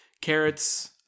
carrots